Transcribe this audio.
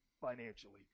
financially